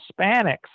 Hispanics